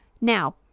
Now